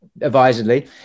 advisedly